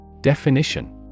Definition